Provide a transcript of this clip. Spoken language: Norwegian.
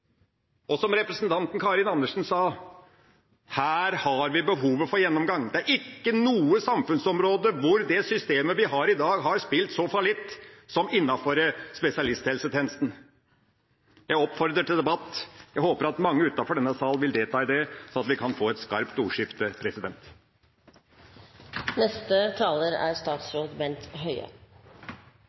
Og som representanten Karin Andersen sa, her har vi behov for en gjennomgang. Det er ikke noe samfunnsområde hvor det systemet vi har i dag, har spilt så fallitt som innenfor spesialisthelsetjenesten. Jeg oppfordrer til debatt. Jeg håper at mange utenfor denne sal vil delta i den, sånn at vi kan få et skarpt ordskifte.